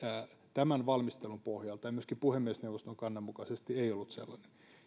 tämän valmistelun pohjalta tai myöskään puhemiesneuvoston kannan mukaisesti ei ollut sellainen